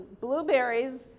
blueberries